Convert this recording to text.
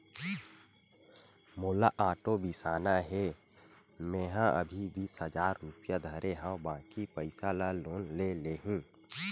मोला आटो बिसाना हे, मेंहा अभी बीस हजार रूपिया धरे हव बाकी के पइसा ल लोन ले लेहूँ